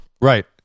Right